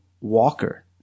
Walker